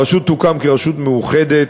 הרשות תוקם כרשות מאוחדת,